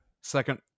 Second